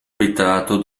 abitato